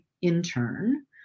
intern